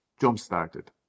jump-started